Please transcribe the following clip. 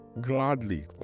gladly